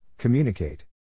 Communicate